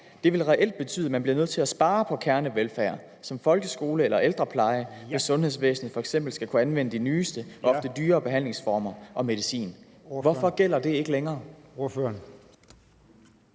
Det vil reelt betyde, at man bliver nødt til at spare på kernevelfærd som folkeskole eller ældrepleje, hvis sundhedsvæsenet fx skal kunne anvende de nyeste – og ofte dyre – behandlingsformer og medicin.« Hvorfor gælder det ikke længere?